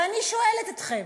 ואני שואלת אתכם,